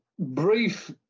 Brief